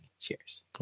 Cheers